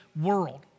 world